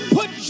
put